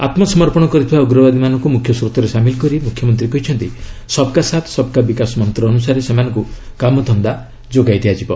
ଆତ୍ମସମର୍ପଣ କରିଥିବା ଉଗ୍ରବାଦୀମାନଙ୍କୁ ମୁଖ୍ୟ ସ୍ରୋତରେ ସାମିଲ କରି ମୁଖ୍ୟମନ୍ତ୍ରୀ କହିଛନ୍ତି 'ସବ୍ କା ସାଥ୍ ସବ୍ କା ବିକାଶ' ମନ୍ତ୍ର ଅନୁସାରେ ସେମାନଙ୍କୁ କାମଧନ୍ଦା ଯୋଗାଇ ଦିଆଯିବ